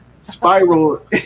spiral